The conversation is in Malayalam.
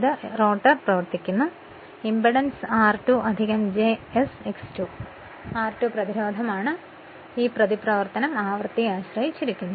ഇപ്പോൾ റോട്ടർ പ്രവർത്തിക്കുന്നു അതിന്റെ impedance r2 j s X 2 ആയിരിക്കും r2 പ്രതിരോധമാണ് എന്നാൽ ഈ പ്രതിപ്രവർത്തനം ആവൃത്തിയെ ആശ്രയിച്ചിരിക്കുന്നു